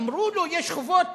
אמרו לו: יש חובות